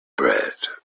bred